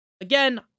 again